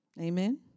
Amen